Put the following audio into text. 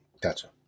gotcha